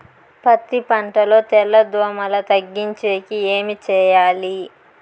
పత్తి పంటలో తెల్ల దోమల తగ్గించేకి ఏమి చేయాలి?